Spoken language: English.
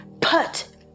put